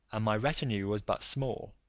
and my retinue was but small,